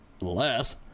Less